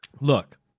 Look